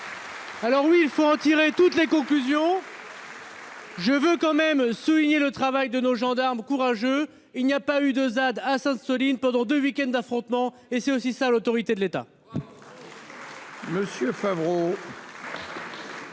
Alors oui, il faut en tirer toutes les conclusions. Je veux quand même souligner le travail de nos gendarmes courageux, il n'y a pas eu de Zad à Sainte-, Soline pendant deux week-affrontements et c'est aussi ça l'autorité de l'État.